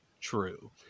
True